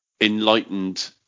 enlightened